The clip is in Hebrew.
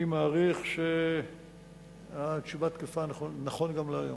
אני מעריך שהתשובה תקפה גם נכון להיום.